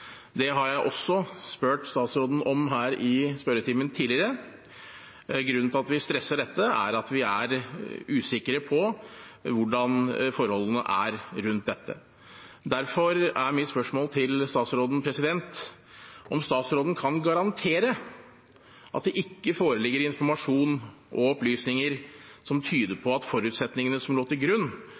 Det har jeg også spurt statsråden om her i spørretimen tidligere. Grunnen til at vi stresser dette, er at vi er usikre på hvordan forholdene er rundt dette. Derfor er mitt spørsmål til statsråden: Kan statsråden garantere at det ikke foreligger informasjon og opplysninger som tyder på at forutsetningene som lå til grunn